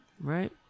Right